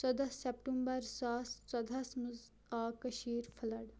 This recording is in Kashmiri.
ژۄداہ سیٚپٹمبَر زٕ ساس ژۄدہَس مَنٛز آو کٔشیٖر فلَڈ